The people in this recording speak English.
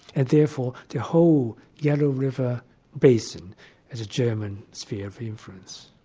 and therefore the whole yellow river basin as a german sphere of influence.